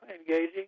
engaging